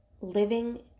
living